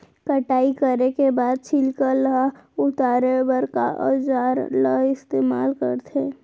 कटाई करे के बाद छिलका ल उतारे बर का औजार ल इस्तेमाल करथे?